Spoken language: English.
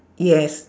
yes